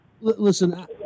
Listen